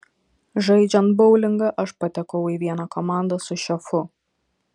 žaidžiant boulingą aš patekau į vieną komandą su šefu